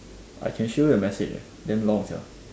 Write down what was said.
I can show you the message ah damn long sia